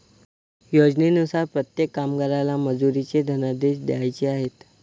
योजनेनुसार प्रत्येक कामगाराला मजुरीचे धनादेश द्यायचे आहेत